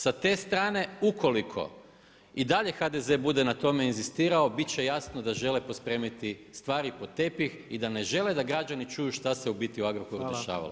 Sa te strane ukoliko i dalje HDZ bude na tome inzistirao bit će jasno da žele pospremiti stvari pod tepih i da ne žele da građani čuju šta se u biti u Agrokoru dešavalo.